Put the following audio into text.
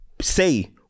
say